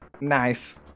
Nice